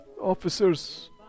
officers